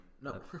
No